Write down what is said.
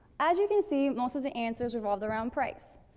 as you can see, most of the answers revolved around price.